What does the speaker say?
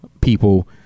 people